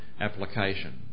application